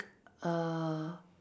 uh